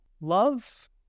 love